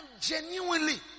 genuinely